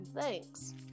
Thanks